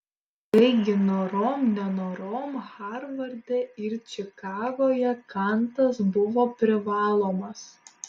taigi norom nenorom harvarde ir čikagoje kantas buvo privalomas